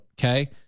okay